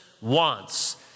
wants